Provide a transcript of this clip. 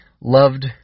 loved